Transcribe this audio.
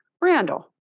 Randall